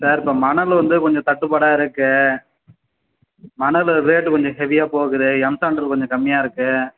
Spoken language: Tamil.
சார் இப்போ மணல் வந்து கொஞ்சம் தட்டுப்பாடாக இருக்குது மணல் ரேட்டு கொஞ்சம் ஹெவியாக போகுது எம்சேண்டு கொஞ்சம் கம்மியாக இருக்குது